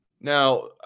Now